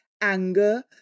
anger